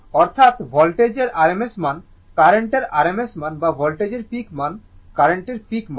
অর্থাৎ ভোল্টেজের rms মান কার্রেন্টের rms মান বা ভোল্টেজের পিক মান কার্রেন্টের পিক মান